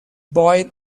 boy